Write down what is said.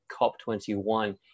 COP21